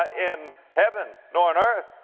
ah in heaven, nor in earth,